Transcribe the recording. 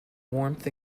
warmth